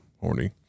horny